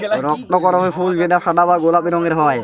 রক্তকরবী ফুল যেটা সাদা বা গোলাপি রঙের হ্যয়